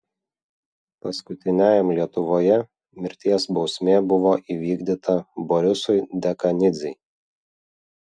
paskutiniajam lietuvoje mirties bausmė buvo įvykdyta borisui dekanidzei